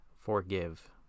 forgive